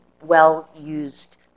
well-used